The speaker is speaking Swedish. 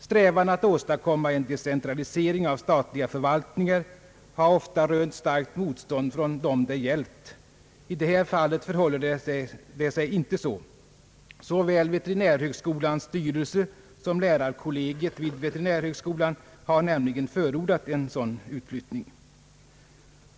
Strävan att åstadkomma en decentralisering av statliga förvaltningar har ofta rönt starkt motstånd från dem det gällt. I det här fallet förhåller det sig inte så. Såväl veterinärhögskolans sty relse som lärarkollegiet där har nämligen förordat en sådan utflyttning.